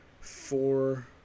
four